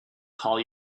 call